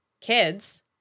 kids